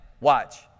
watch